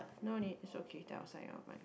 no need it's okay then I'll sign out of mine